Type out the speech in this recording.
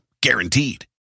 Guaranteed